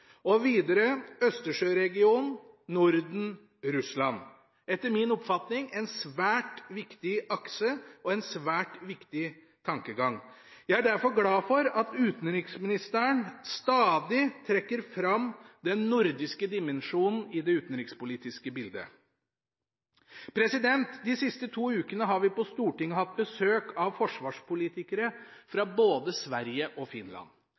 Østersjøregionen, Norden, Russland – etter min oppfatning en svært viktig akse og en svært viktig tankegang. Jeg er derfor glad for at utenriksministeren stadig trekker fram den nordiske dimensjonen i det utenrikspolitiske bildet. De siste to ukene har vi på Stortinget hatt besøk av forsvarspolitikere fra både Sverige og Finland.